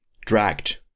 dragged